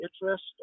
interest